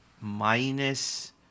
minus